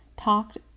talked